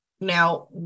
now